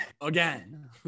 again